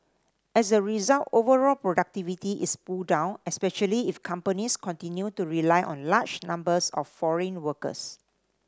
as a result overall productivity is pulled down especially if companies continue to rely on large numbers of foreign workers